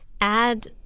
add